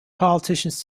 politicians